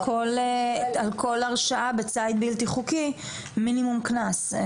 על כל הרשעה בציד בלתי חוקי מינימום קנס.